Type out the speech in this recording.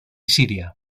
siria